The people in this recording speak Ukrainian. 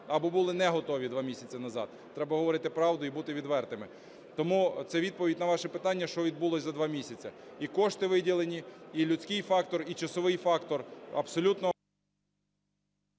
або були не готові 2 місяці назад, треба говорити правду і бути відвертими. Тому це відповідь на ваше питання, що відбулося за 2 місяці: і кошти виділені, і людський фактор, і часовий фактор. Абсолютно...